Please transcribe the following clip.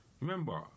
Remember